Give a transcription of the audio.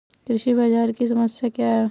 कृषि बाजार की समस्या क्या है?